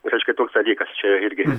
reiškia toks dalykas čia irgi